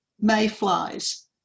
Mayflies